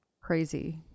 Crazy